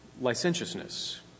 licentiousness